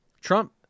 Trump